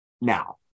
Now